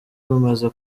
bamaze